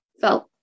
felt